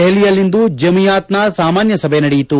ದೆಹಲಿಯಲ್ಲಿಂದು ಜಮಿಯಾತ್ನ ಸಾಮಾನ್ಯ ಸಭೆ ನಡೆಯಿತು